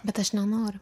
bet aš noriu